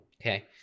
Okay